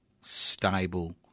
stable